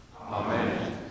Amen